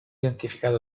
identificato